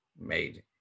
made